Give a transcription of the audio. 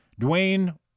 Dwayne